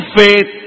faith